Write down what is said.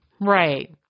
Right